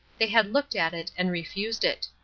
they had looked at it and refused it.